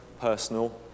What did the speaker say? personal